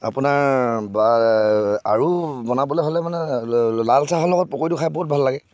আপোনাৰ বা আৰু বনাবলৈ হ'লে মানে লা লালচাহৰ লগত পকৰীটো খাই বহুত ভাল লাগে